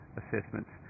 assessments